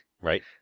right